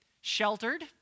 sheltered